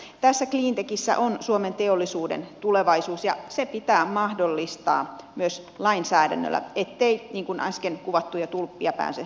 tässä cleantechissä on suomen teollisuuden tulevaisuus ja se pitää mahdollistaa myös lainsäädännöllä ettei äsken kuvattuja tulppia pääse syntymään